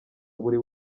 buri